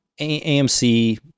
AMC